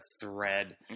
thread